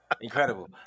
Incredible